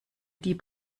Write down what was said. die